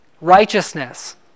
Righteousness